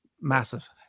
Massive